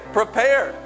prepare